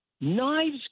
knives